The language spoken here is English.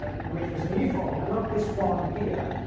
ah which was a new formula. not this one here,